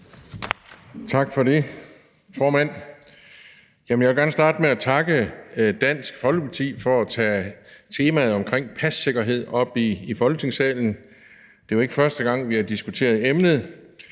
Tak for det, formand. Jeg vil gerne starte med at takke Dansk Folkeparti for at tage temaet om passikkerhed op i Folketingssalen. Det er jo ikke første gang, vi har diskuteret emnet.